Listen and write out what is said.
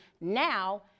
now